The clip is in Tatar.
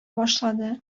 башлады